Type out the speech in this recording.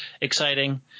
exciting